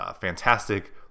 fantastic